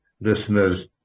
listeners